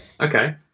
Okay